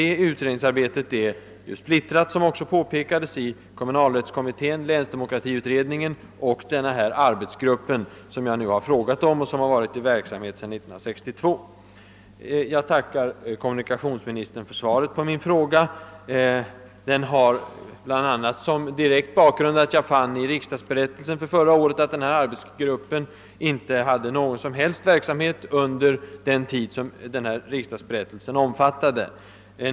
Utredningsarbetet på området är splittrat, såsom också påpekades, på kommunalrättskommittén, länsdemokratiutredningen och den arbetsgrupp som jag nu frågat om och som varit i verksamhet sedan år 1962. Jag tackar kommunikationsministern för svaret på min fråga. Den har bl.a. som direkt bakgrund att jag i riksdagsberättelsen för förra året fann att arbetsgruppen inte redovisat någon som helst verksamhet under den tid riksdagsberättelsen omfattade.